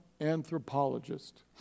anthropologist